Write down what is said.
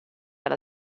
alla